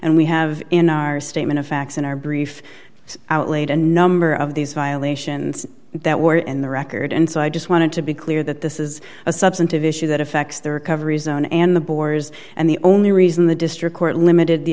and we have in our statement of facts in our brief outlaid a number of these violations that were in the record and so i just wanted to be clear that this is a substantive issue that affects the recovery zone and the boers and the only reason the district court limited the